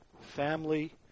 family